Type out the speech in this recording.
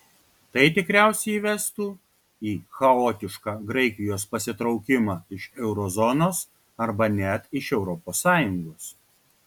tai tikriausiai vestų į chaotišką graikijos pasitraukimą iš euro zonos arba net iš europos sąjungos